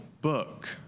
book